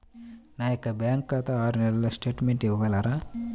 నా యొక్క బ్యాంకు ఖాతా ఆరు నెలల స్టేట్మెంట్ ఇవ్వగలరా?